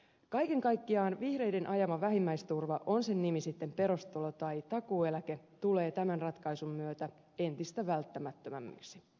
kaiken kaikkiaan vihreiden ajama vähimmäisturva on sen nimi sitten perustulo tai takuueläke tulee tämän ratkaisun myötä entistä välttämättömämmäksi